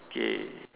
okay